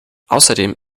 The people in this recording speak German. außerdem